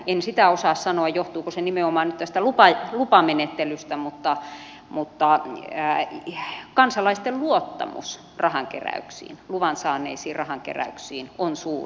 en sitä osaa sanoa johtuuko se nimenomaan nyt tästä lupamenettelystä mutta kansalaisten luottamus luvan saaneisiin rahankeräyksiin on suuri